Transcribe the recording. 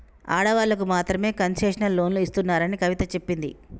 ఆడవాళ్ళకు మాత్రమే కన్సెషనల్ లోన్లు ఇస్తున్నారని కవిత చెప్పింది